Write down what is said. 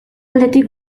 aldetik